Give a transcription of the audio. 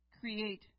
create